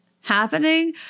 happening